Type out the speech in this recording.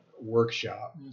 workshop